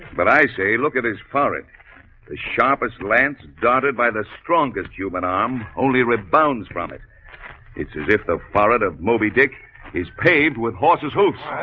but i say look at his farrukh the sharpest lands dotted by the strongest human arm only rebounds from it it's as if the pirate of moby dick is paid with horses hoops